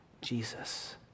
Jesus